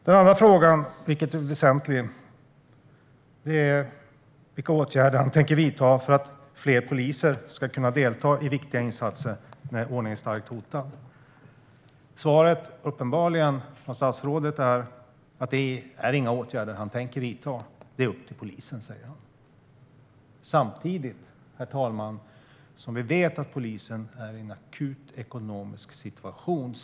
Den andra frågan, vilken är väsentlig, gällde vilka åtgärder han tänker vidta för att fler poliser ska kunna delta i viktiga insatser när ordningen är starkt hotad. Svaret från statsrådet är uppenbarligen att han inte tänker vidta några åtgärder. Det är upp till polisen, säger han. Samtidigt, herr talman, vet vi att polisen är i en akut situation ekonomiskt.